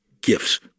gifts